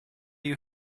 you